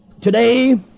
Today